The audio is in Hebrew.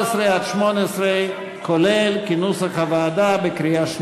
סעיפים 11 18, כהצעת הוועדה, נתקבלו.